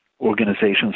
organizations